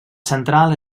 central